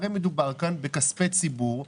הרי מדובר כאן בכספי ציבור,